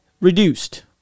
reduced